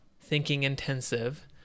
thinking-intensive